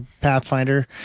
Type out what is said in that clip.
Pathfinder